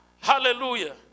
Hallelujah